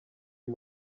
uyu